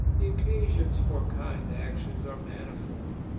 the occasions for kind actions are manifold.